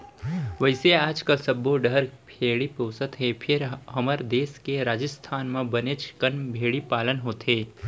वैसे आजकाल सब्बो डहर भेड़ी पोसत हें फेर हमर देस के राजिस्थान म बनेच कन भेड़ी पालन होथे